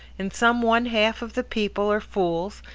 in some one-half of the people are fools,